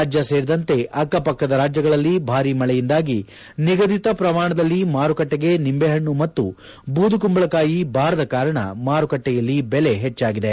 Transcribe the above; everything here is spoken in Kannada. ರಾಜ್ಯ ಸೇರಿದಂತೆ ಅಕ್ಕಪಕ್ಕದ ರಾಜ್ಯಗಳಲ್ಲಿ ಭಾರಿ ಮಳೆಯಿಂದಾಗಿ ನಿಗಧಿತ ಪ್ರಮಾಣದಲ್ಲಿ ಮಾರುಕಟ್ಟಿಗೆ ನಿಂಬೆ ಹಣ್ಣು ಮತ್ತು ಬೂದಕುಂಬಳಕಾಯಿ ಬಾರದ ಕಾರಣ ಮಾರುಕಟ್ಟೆಯಲ್ಲಿ ಬೆಲೆ ಹೆಚ್ಚಾಗಿದೆ